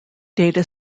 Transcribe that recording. data